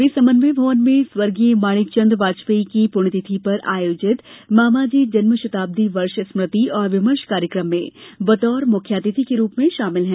वे समन्वय भवन में स्वर्गीय माणिक चंद वाजपेयी की पुण्यतिथि पर आयोजित मामाजी जन्म शताब्दी वर्ष स्मृति और विमर्श कार्यक्रम में बतौर मुख्य अतिथि के रूप में शामिल हैं